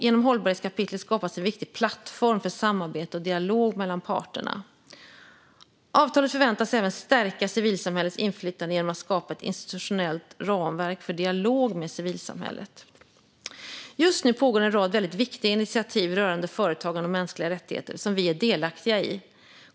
Genom hållbarhetskapitlet skapas en viktig plattform för samarbete och dialog mellan parterna. Avtalet förväntas även stärka civilsamhällets inflytande genom att skapa ett institutionellt ramverk för dialog med civilsamhället. Just nu pågår en rad väldigt viktiga initiativ rörande företagande och mänskliga rättigheter som vi är delaktiga i.